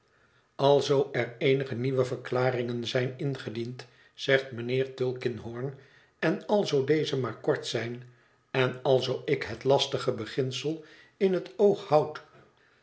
alzoo er eenige nieuwe verklaringen zijn ingediend zegt mijnheer tulkinghorn en alzoo deze maar kort zijn en alzoo ik het lastige beginsel in het oog houd